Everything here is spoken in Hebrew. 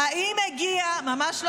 ממש לא.